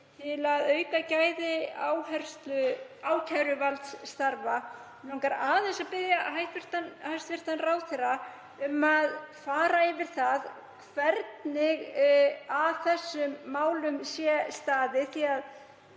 til að auka gæði ákæruvaldsstarfa. Mig langar aðeins að biðja hæstv. ráðherra um að fara yfir það hvernig að þeim málum sé staðið. Þetta